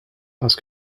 parce